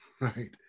right